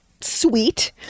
sweet